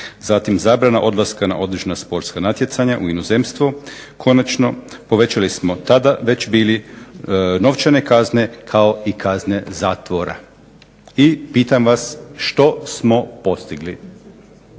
zatim zabrana odlaska na određena sportska natjecanja u inozemstvo, konačno povećali smo tada već bili novčane kazne kao i kazne zatvora. I pitam vas što smo postigli?